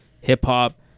hip-hop